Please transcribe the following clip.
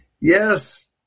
Yes